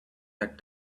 that